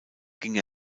ging